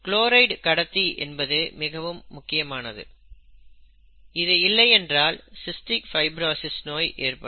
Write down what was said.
chloride கடத்தி என்பது மிகவும் முக்கியமானது இது இல்லை என்றால் சிஸ்டிக் ஃபைபிரசிஸ் நோய் ஏற்படும்